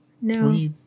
no